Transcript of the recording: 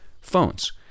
phones